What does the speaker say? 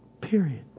Period